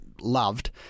loved